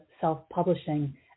self-publishing